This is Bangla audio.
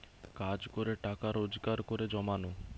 কাজ করে টাকা রোজগার করে জমানো